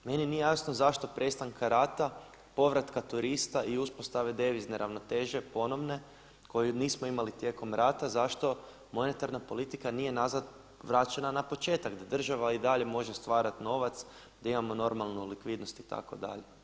Meni nije jasno zašto prestanka rata, povratka turista i uspostave devizne ravnoteže ponovne koju nismo imali tijekom rata zašto monetarna politika nije nazad vraćena na početak, da država i dalje može stvarati novac, da imamo normalnu likvidnost itd.